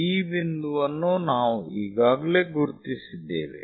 P ಬಿಂದುವನ್ನು ನಾವು ಈಗಾಗಲೇ ಗುರುತಿಸಿದ್ದೇವೆ